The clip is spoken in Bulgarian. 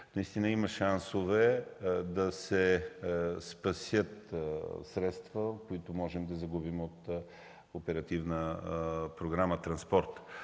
че има шансове да се спасят средства, които можехме да загубим по Оперативна програма „Транспорт”.